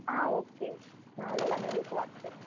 ஆ okay நான் அது எல்லாமே உங்களுக்கு வாட்ஸ்அப் பண்ணுறேன்